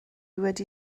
wedi